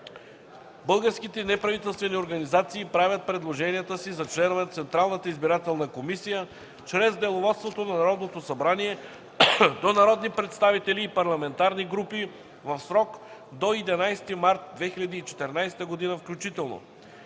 Българските неправителствени организации правят предложенията си за членове на Централната избирателна комисия чрез деловодството на Народното събрание до народни представители и парламентарни групи в срок до 11 март 2014 г. включително.